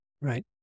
Right